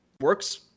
works